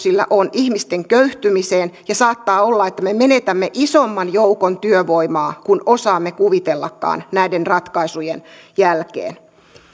sillä on ihmisten köyhtymiseen ja saattaa olla että me menetämme isomman joukon työvoimaa kuin osaamme kuvitellakaan näiden ratkaisujen jälkeen